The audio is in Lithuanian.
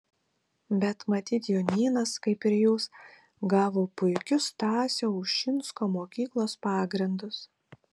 bet matyt jonynas kaip ir jūs gavo puikius stasio ušinsko mokyklos pagrindus